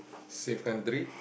safe country